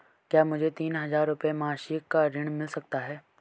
क्या मुझे तीन हज़ार रूपये मासिक का ऋण मिल सकता है?